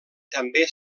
també